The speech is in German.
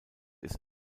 ist